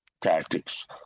tactics